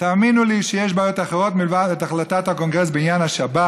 תאמינו לי שיש בעיות אחרות מלבד החלטת הקונגרס בעניין השבת.